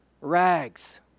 rags